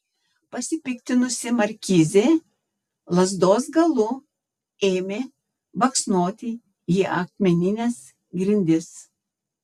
pasipiktinusi markizė lazdos galu ėmė baksnoti į akmenines grindis